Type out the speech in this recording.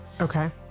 Okay